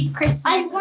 Christmas